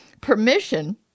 permission